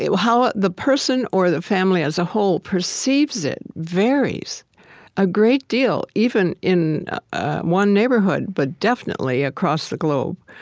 how ah the person or the family as a whole perceives it varies a great deal, even in one neighborhood, but definitely across the globe,